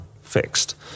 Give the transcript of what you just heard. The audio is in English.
fixed